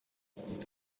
memes